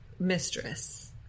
mistress